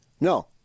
No